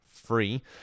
Free